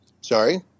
Sorry